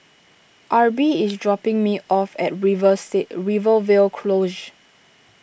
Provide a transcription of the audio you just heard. Arbie is dropping me off at river seat Rivervale Close